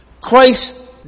Christ